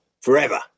forever